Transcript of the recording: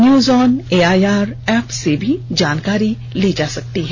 news on AIR app से भी जानकारी ली जा सकती है